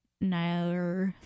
no